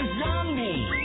zombie